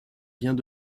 vient